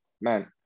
man